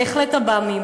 בהחלט עב"מים.